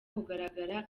kugaragara